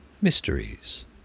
mysteries